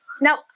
Now